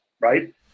right